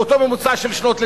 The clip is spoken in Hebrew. באותו ממוצע של שנות לימודים,